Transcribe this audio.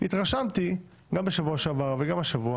התרשמתי גם בשבוע שעבר וגם השבוע